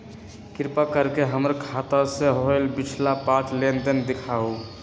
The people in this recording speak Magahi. कृपा कर के हमर खाता से होयल पिछला पांच लेनदेन दिखाउ